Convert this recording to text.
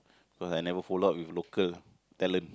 cause I never follow up with local talent